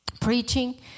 preaching